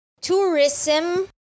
tourism